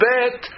Bet